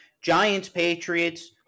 Giants-Patriots